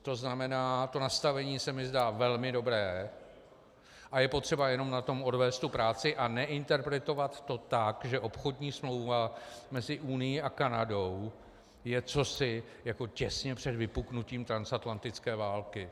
To znamená, to nastavení se mi zdá velmi dobré a je potřeba jenom na tom odvést práci a neinterpretovat to tak, že obchodní smlouva mezi Unií a Kanadou je cosi jako těsně před vypuknutím transatlantické války.